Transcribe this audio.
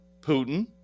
Putin